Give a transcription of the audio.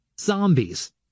Zombies